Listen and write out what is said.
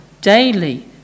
daily